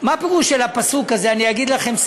מה פירוש הפסוק הזה, אני אגיד לכם.